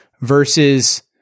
versus